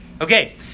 Okay